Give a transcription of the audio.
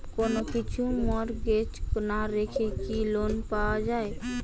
কোন কিছু মর্টগেজ না রেখে কি লোন পাওয়া য়ায়?